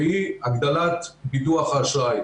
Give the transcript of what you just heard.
והיא הגדלת ביטוח האשראי.